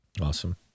Awesome